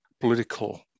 political